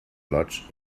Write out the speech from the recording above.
lots